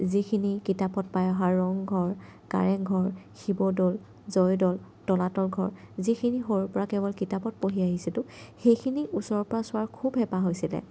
যিখিনি কিতাপত পাই অহা ৰংঘৰ কাৰেংঘৰ শিৱ দ'ল জয় দ'ল তলাতল ঘৰ যিখিনি সৰুৰ পৰা কেৱল কিতাপত পঢ়ি আহিছিলোঁ সেইখিনি ওচৰৰ পৰা চোৱাৰ খুব হেঁপাহ হৈছিলে